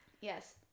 Yes